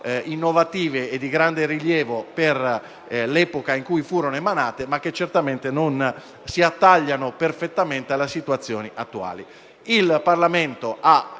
innovative e di grande rilievo per l'epoca nella quale furono emanate, ma che certamente non si attagliano perfettamente alla situazione attuale.